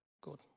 Good